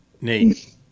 Nate